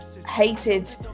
hated